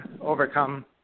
overcome